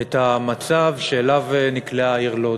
את המצב שאליו נקלעה העיר לוד.